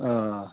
آ آ